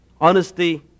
honesty